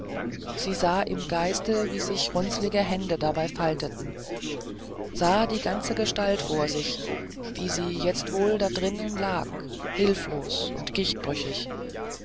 sie sah im geiste wie sich runzlige hände dabei falteten sah die ganze gestalt vor sich wie sie jetzt wohl da drinnen lag hilflos und